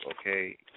okay